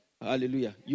Hallelujah